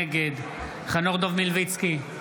נגד חנוך דב מלביצקי,